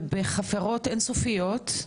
ובחפירות אין סופיות,